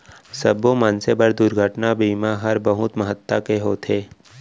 सब्बो मनसे बर दुरघटना बीमा हर बहुत महत्ता के होथे